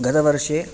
गतवर्षे